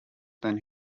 than